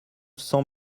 cents